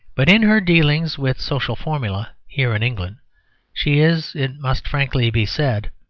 but in her dealings with social formulae here in england she is, it must frankly be said,